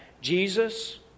Jesus